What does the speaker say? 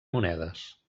monedes